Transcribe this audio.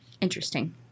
Interesting